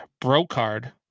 Brocard